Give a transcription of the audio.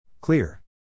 Clear